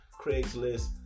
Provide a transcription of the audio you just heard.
Craigslist